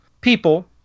people